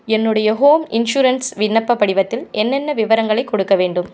என்னுடைய home insurance விண்ணப்ப படிவத்தில் என்னென்ன விவரங்களை கொடுக்க வேண்டும்